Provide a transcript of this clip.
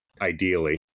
ideally